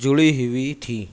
جڑی ہوئی تھی